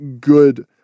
good